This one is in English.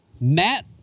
Matt